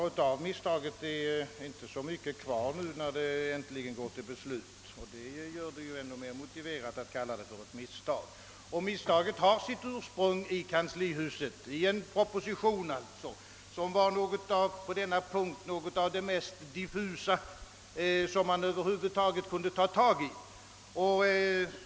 Herr talman! Det är nu inte så mycket kvar av misstaget, när förslaget äntligen skall behandlas av riksdagen. Det förhållandet gör det ännu mer motiverat att tala om ett misstag. Det har sitt ursprung i kanslihuset, i en proposition som på denna punkt var något av det mest diffusa som man över huvud taget kunde finna.